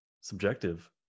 subjective